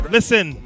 Listen